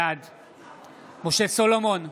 בעד משה סולומון,